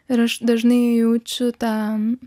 ir aš dažnai jaučiu tą